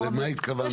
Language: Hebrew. גל ברנס, אגף תקציבים.